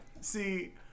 See